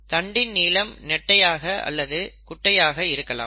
தண்டின் நீளம் நெட்டையாக அல்லது குட்டையாக இருக்கலாம்